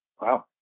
Wow